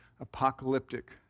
apocalyptic